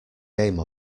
game